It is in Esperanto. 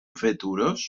veturos